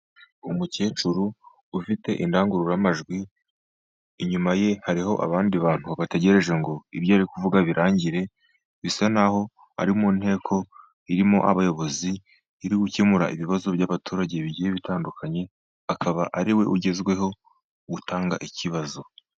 Umukecuru ufite indangururamajwi inyuma ye hariho abandi bantu bategereje ngo ibyo ari kuvuga birangire, bisa naho ari mu nteko irimo abayobozi iri gukemura ibibazo by'abaturage bigiye bitandukanye akaba ari we ugezweho gutanga ikibazo.